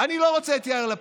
אני לא רוצה את יאיר לפיד.